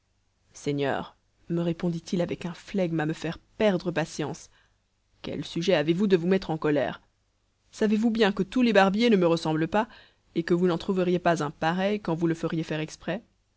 seigneur me répondit-il avec un flegme à me faire perdre patience quel sujet avez-vous de vous mettre en colère savezvous bien que tous les barbiers ne me ressemblent pas et que vous n'en trouveriez pas un pareil quand vous le feriez faire exprès